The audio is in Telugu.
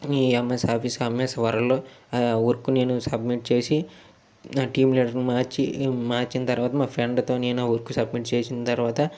ఈ ఎంఎస్ ఆఫీస్ ఎంఎస్ వర్డ్లో ఆ వర్క్ నేను సబ్మిట్ చేసి నా టీమ్ లీడర్ని మార్చి మార్చిన తర్వాత మా ఫ్రెండ్తో నేను వర్క్ సబ్మిట్ చేసిన తర్వాత